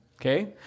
okay